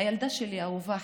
הילדה שלי האהובה,